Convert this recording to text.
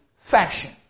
fashion